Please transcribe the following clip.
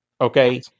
Okay